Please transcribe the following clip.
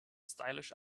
stylish